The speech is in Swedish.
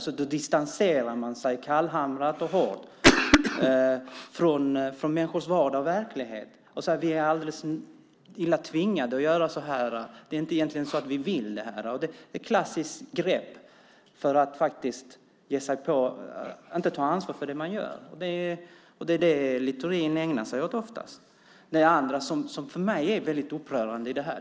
Då distanserar man sig kallhamrat och hårt från människors vardag och verklighet. Man säger att man är så illa tvungen att göra så här fast man egentligen inte vill det. Det är ett klassiskt grepp att inte ta ansvar för det man gör. Det är det Littorin oftast ägnar sig åt. Det är en annan sak som är väldigt upprörande i det här.